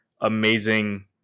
amazing